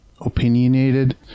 opinionated